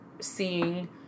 seeing